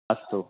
अस्तु